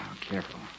careful